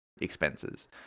expenses